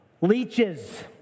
leeches